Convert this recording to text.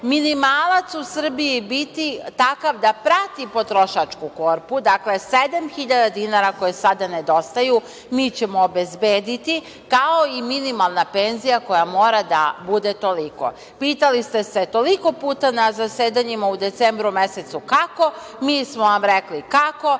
minimalac u Srbiji biti takav da prati potrošačku korpu. Dakle 7.000 dinara koje sada nedostaju mi ćemo obezbediti, kao i minimalna penzija koja mora da bude toliko. Pitali ste se toliko puta na zasedanjima u decembru mesecu – kako. Mi smo vam rekli kako.